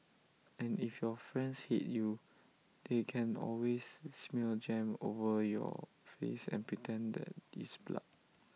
and if your friends hate you they can always smear jam over your face and pretend that it's blood